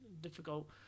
difficult